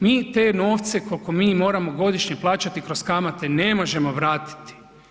Mi te novce koliko mi moramo godišnje plaćati kroz kamate ne možemo vratiti.